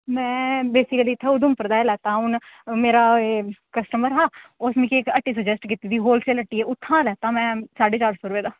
में बेसीकली ऊधमपुर दा गै लैता हा हून ओह् मेरा कस्टमर हा उस मिगी इक्क हट्टी सजस्ट कीती दी ही होलसेल दी उत्थां लैता में साढ़े चार सौ रपे दा